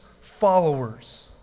followers